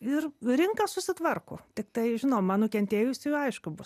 ir rinka susitvarko tiktai žinoma nukentėjusiųjų aišku bus